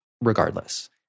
regardless